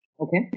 Okay